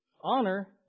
Honor